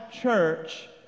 Church